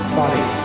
body